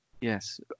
Yes